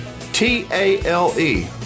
T-A-L-E